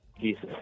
Jesus